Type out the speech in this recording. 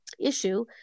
issue